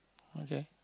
okay